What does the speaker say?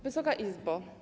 Wysoka Izbo!